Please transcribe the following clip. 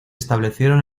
establecieron